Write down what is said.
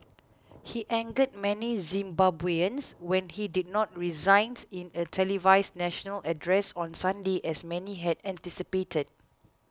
he angered many Zimbabweans when he did not resign in a televised national address on Sunday as many had anticipated